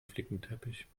flickenteppich